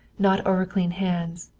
not overclean hands,